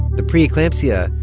the pre-eclampsia,